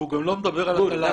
והוא גם לא מדבר על התל"ן,